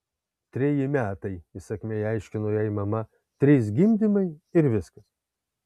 treji metai įsakmiai aiškino jai mama trys gimdymai ir viskas